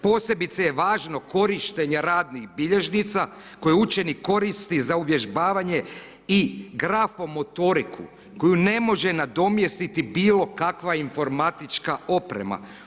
Posebice je važno korištenje radnih bilježnica koje učenik koristi za uvježbavanje i grafomotoriku koju ne može nadomjestiti bilo kakva informatička oprema.